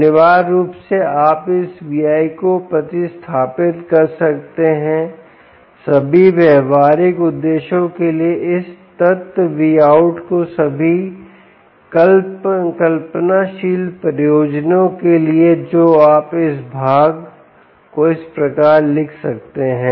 अनिवार्य रूप से आप इस V¿ को प्रतिस्थापित कर सकते हैं सभी व्यावहारिक उद्देश्यों के लिए इस तत्व Vout को सभी कल्पनाशील प्रयोजनों के लिए जो आप इस भाग को इस प्रकार लिख सकते हैं